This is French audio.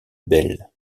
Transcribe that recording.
bell